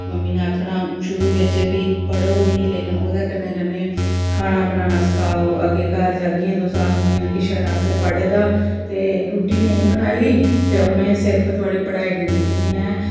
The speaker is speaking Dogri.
मम्मी ने आखना शुरु बिच कि पढ़ो बी लेकिन ओह्दे कन्नै कन्नै खाना बनाना सक्खो अगले घर जाह्गी तुस ते आखगी कि छड़ा असें पढे़ दा ते रुटी निं बनाई दी ते उनें सिर्फ थुआढ़ी पढ़ाई निं दिक्खनी ऐ